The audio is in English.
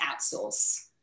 outsource